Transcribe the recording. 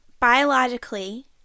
Biologically